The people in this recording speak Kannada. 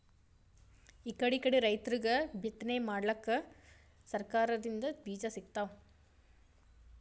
ಇಕಡಿಕಡಿ ರೈತರಿಗ್ ಬಿತ್ತನೆ ಮಾಡಕ್ಕ್ ಸರಕಾರ್ ದಿಂದ್ ಬೀಜಾ ಸಿಗ್ತಾವ್